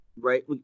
right